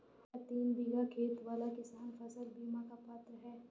क्या तीन बीघा खेत वाला किसान फसल बीमा का पात्र हैं?